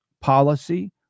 policy